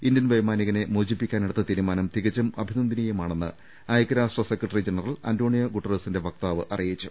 Indian വൈമാനികനെ മോചിപ്പിക്കാനെടുത്ത തീരുമാനം തികച്ചും അഭിനന്ദനീയമാണെന്ന് ഐക്യരാഷ്ട്ര സെക്രട്ടറി ജനറൽ ആന്റോണിയോ ഗുട്ടറസിന്റെ വക്താവ് അറിയിച്ചു